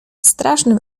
strasznym